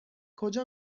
کجا